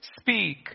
speak